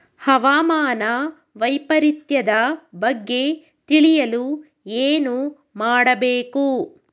ಹವಾಮಾನ ವೈಪರಿತ್ಯದ ಬಗ್ಗೆ ತಿಳಿಯಲು ಏನು ಮಾಡಬೇಕು?